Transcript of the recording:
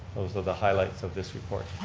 those are the highlights of this report.